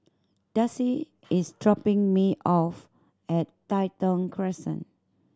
Darcy is dropping me off at Tai Thong Crescent